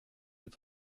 est